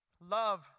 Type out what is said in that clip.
Love